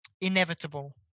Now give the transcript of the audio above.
Inevitable